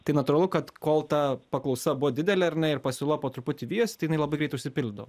tai natūralu kad kol ta paklausa buo didelė ir na ir pasiūla po truputį vijosi tai inai labai greita užsipildo